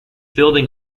building